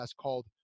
called